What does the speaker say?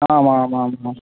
आमामाम् आम्